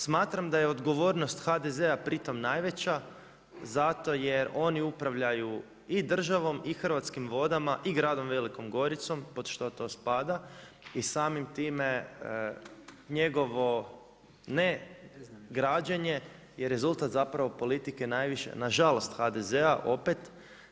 Smatram da je odgovornost HDZ-a pri tome najveća zato jer oni upravljaju i državom, i Hrvatskim vodama, i Gradom Velikom Goricom pod što to spada i samim time njegovo ne građenje je rezultat zapravo politike na žalost HDZ-a opet.